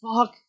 fuck